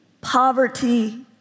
poverty